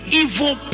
evil